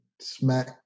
smack